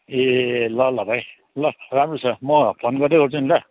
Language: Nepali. ए ल ल भाइ ल राम्रो छ म फोन गर्दै गर्छु नि ल